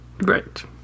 Right